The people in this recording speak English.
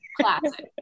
classic